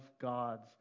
God's